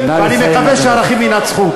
ואני מקווה שהערכים ינצחו.